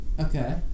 Okay